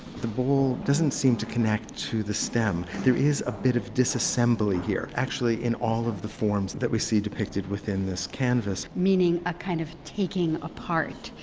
the bowl doesn't seem to connect to the stem. there is a bit of disassembly here. actually, in all of the forms that we see depicted within this canvas. meaning a kind of taking apart,